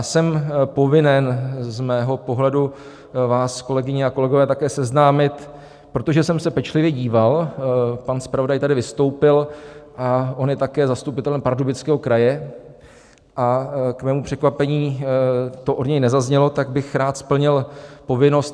Jsem povinen z mého pohledu vás, kolegyně, kolegové, také seznámit, protože jsem se pečlivě díval pan zpravodaj tady vystoupil, on je také zastupitelem Pardubického kraje a k mému překvapení to od něj nezaznělo, tak bych rád splnil povinnost.